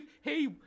hey